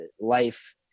life